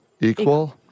equal